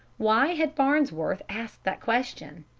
why had farnsworth asked that question?